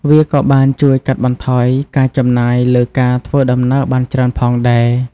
វាក៏បានជួយកាត់បន្ថយការចំណាយលើការធ្វើដំណើរបានច្រើនផងដែរ ។